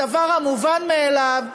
הדבר המובן מאליו,